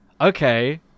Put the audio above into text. Okay